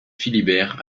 philibert